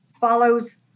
follows